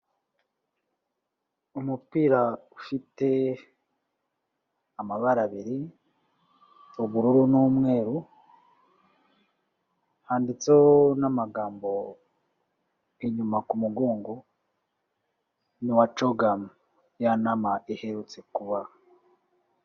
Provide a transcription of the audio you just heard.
Umupira ufite amabara abiri, ubururu n'umweru, handitse n'amagambo inyuma ku mugongo n'uwa CHOGM ya nama iherutse kuba.